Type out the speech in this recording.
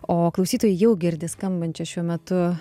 o klausytojai jau girdi skambančią šiuo metu